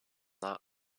not